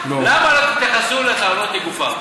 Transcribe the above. למה לא תתייחסו לטענות לגופן?